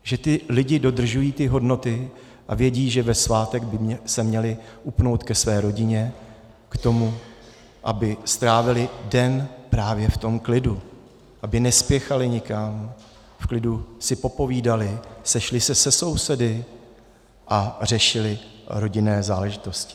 Že ti lidé dodržují ty hodnoty a vědí, že ve svátek by se měli upnout ke své rodině, k tomu, aby strávili den právě v tom klidu, aby nespěchali nikam, v klidu si popovídali, sešli se se sousedy a řešili rodinné záležitosti.